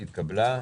הרביזיה לא התקבלה.